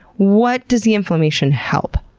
what does the inflammation help?